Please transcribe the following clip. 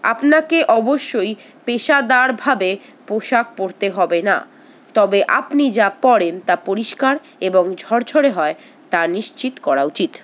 আপনাকে অবশ্যই পেশাদারভাবে পোশাক পরতে হবে না তবে আপনি যা পরেন তা পরিষ্কার এবং ঝরঝরে হয় তা নিশ্চিত করা উচিত